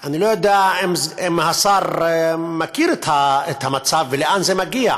אני לא יודע אם השר מכיר את המצב ולאן זה מגיע,